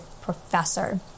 professor